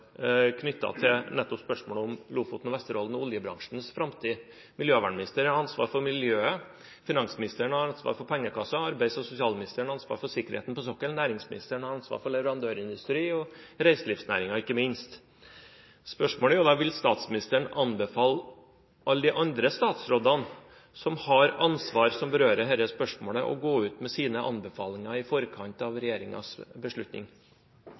nettopp spørsmålet om Lofoten, Vesterålen og oljebransjens framtid. Miljøvernministeren har ansvaret for miljøet, finansministeren har ansvaret for pengekassen, arbeids- og sosialministeren har ansvaret for sikkerheten på sokkelen og næringsministeren har ansvaret for leverandørindustrien og ikke minst reiselivsnæringen. Spørsmålet er da: Vil statsministeren anbefale alle de andre statsrådene som har ansvar som berører disse spørsmålene, å gå ut med sine anbefalinger i forkant av regjeringens beslutning?